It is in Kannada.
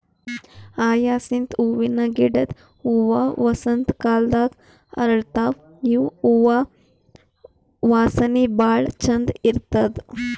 ಹಯಸಿಂತ್ ಹೂವಿನ ಗಿಡದ್ ಹೂವಾ ವಸಂತ್ ಕಾಲದಾಗ್ ಅರಳತಾವ್ ಇವ್ ಹೂವಾ ವಾಸನಿ ಭಾಳ್ ಛಂದ್ ಇರ್ತದ್